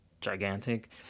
gigantic